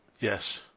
Yes